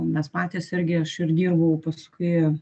mes patys irgi aš ir dirbau paskui